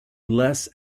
less